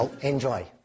enjoy